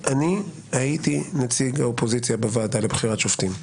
אני הייתי נציג האופוזיציה בוועדה לבחירת שופטים.